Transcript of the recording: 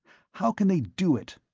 how can they do it?